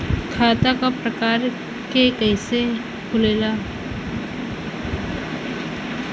खाता क प्रकार के खुलेला?